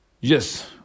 Yes